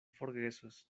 forgesos